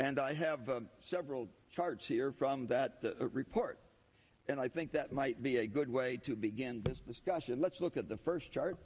and i have several charts here from that report and i think that might be a good way to begin because discussion let's look at the first char